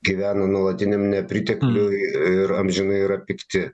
gyvena nuolatiniam nepritekliuj ir amžinai yra pikti